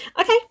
Okay